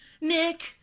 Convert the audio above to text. Nick